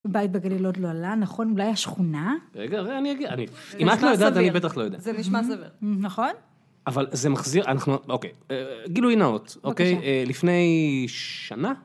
בית בגליל עוד לא עלה, נכון? אולי השכונה? רגע, רגע, אני אגיע, אני... אם את לא יודעת, זה נשמע סביר אני בטח לא יודע. זה נשמע סביר. נכון? אבל זה מחזיר... אנחנו... אוקיי. גילוי נאות, בקשה אוקיי? לפני שנה?